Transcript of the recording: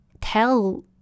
tell